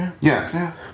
Yes